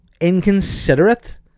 inconsiderate